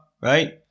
right